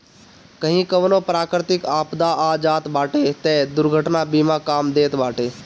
कही कवनो प्राकृतिक आपदा आ जात बाटे तअ दुर्घटना बीमा काम देत बाटे